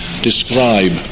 describe